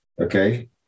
okay